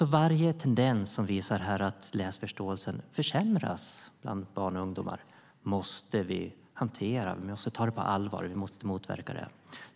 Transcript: Varje tendens som visar att läsförståelsen försämras bland barn och ungdomar måste vi ta på allvar och motverka.